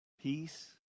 peace